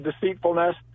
deceitfulness